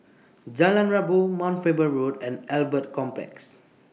Jalan Rabu Mount Faber Road and Albert Complex